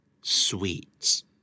sweets